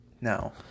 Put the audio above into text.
Now